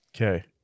Okay